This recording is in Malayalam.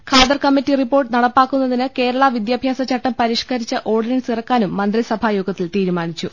ഖാദർ കമ്മിറ്റി റിപ്പോർട്ട് നടപ്പാക്കുന്നതിന് കേരളാ വിദ്യാഭ്യാസ ചട്ടം പരിഷ്ക രിച്ച് ഓർഡിനൻസ് ഇറക്കാനും മന്ത്രിസഭായോഗത്തിൽ തീരുമാ നിച്ചു